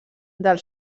del